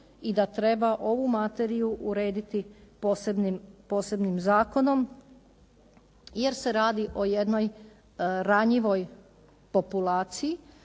i da treba ovu materiju urediti posebnim zakonom jer se radi o jednoj ranjivoj populaciji,